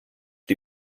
die